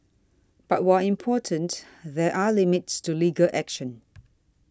but while important there are limits to legal action